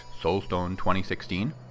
soulstone2016